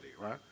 right